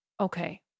Okay